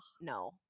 No